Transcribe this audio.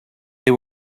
they